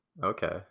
Okay